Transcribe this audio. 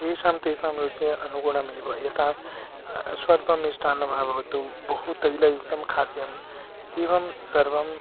तेषां तेषां रुचेः अनुगुणम् एव यदा स्वल्पं मिष्टान्नं वा भवतु बहु तैलयुक्तं खाद्यम् एवं सर्वम्